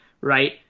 right